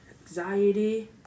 anxiety